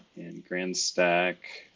and grand stack